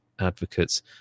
advocates